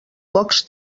pocs